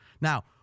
Now